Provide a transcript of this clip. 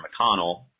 McConnell